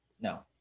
No